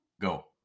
Go